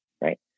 right